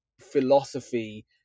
philosophy